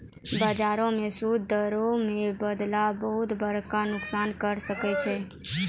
बजारो मे सूद दरो मे बदलाव बहुते बड़का नुकसान करै सकै छै